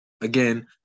Again